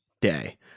day